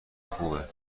خوبه